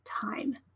Time